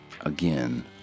Again